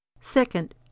Second